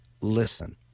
Listen